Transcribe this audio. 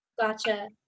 Gotcha